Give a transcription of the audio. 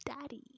daddy